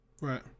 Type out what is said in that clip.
Right